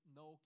no